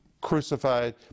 crucified